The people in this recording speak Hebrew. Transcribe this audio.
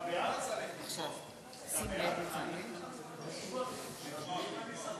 חברי חברי הכנסת, חוק הביטוח הלאומי קובע